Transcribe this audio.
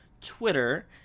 Twitter